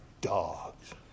dogs